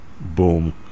boom